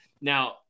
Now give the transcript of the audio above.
Now